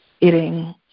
Eating